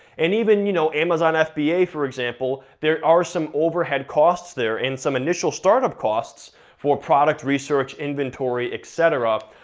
and even you know amazon fba for example, there are some overhead costs there, and some initial startup costs for product research, inventory, et cetera,